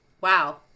wow